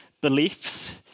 beliefs